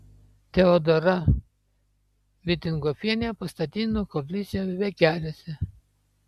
teodora vitingofienė pastatydino koplyčią vegeriuose